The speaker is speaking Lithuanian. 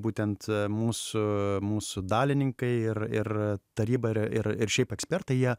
būtent mūsų mūsų dalininkai ir ir taryba ir ir ir šiaip ekspertai jie